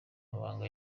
mabanga